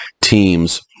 teams